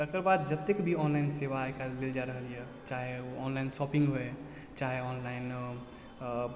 तकरबाद जतेक भी ऑनलाइन सेवा आइकाल्हि देल जा रहल यऽ चाहे ओ ऑनलाइन शॉपिंग होइ चाहे ऑनलाइन